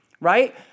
right